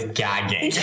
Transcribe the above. gagging